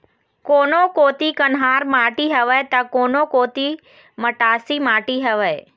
कोनो कोती कन्हार माटी हवय त, कोनो कोती मटासी माटी हवय